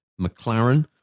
McLaren